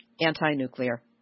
anti-nuclear